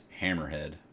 hammerhead